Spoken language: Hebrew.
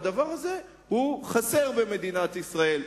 והדבר הזה חסר במדינת ישראל.